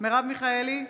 מרב מיכאלי,